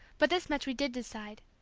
but this much we did decide.